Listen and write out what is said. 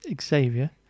Xavier